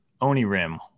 Onirim